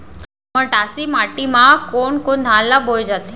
मटासी माटी मा कोन कोन धान ला बोये जाथे?